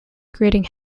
creating